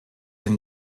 ein